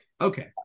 okay